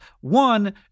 One